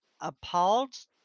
appalled